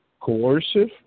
coercive